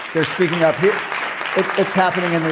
they're speaking up it's happening in the.